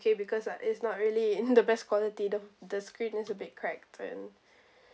because it's not really in the best quality though the screen is a bit cracked then